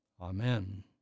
Amen